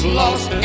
lost